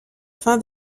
fin